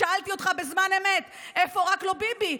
שאלתי אותך בזמן אמת איפה "רק לא ביבי",